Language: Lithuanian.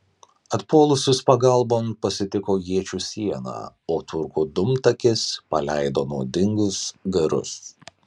atpuolusius pagalbon pasitiko iečių siena o turkų dūmtakis paleido nuodingus garus